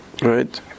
Right